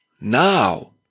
Now